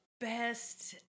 best